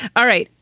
all right.